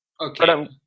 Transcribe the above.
Okay